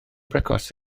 brecwast